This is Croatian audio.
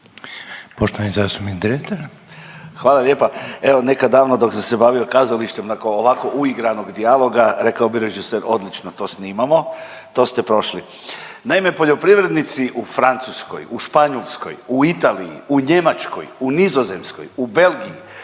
**Dretar, Davor (DP)** Hvala lijepa. Evo nekad davno dok sam se bavio kazalištem nakon ovako uigranog dijaloga rekao bi režiser odlično to snimamo, to ste prošli. Naime, poljoprivrednici u Francuskoj, u Španjolskoj, u Italiji, u Njemačkoj, u Nizozemskoj, u Belgiji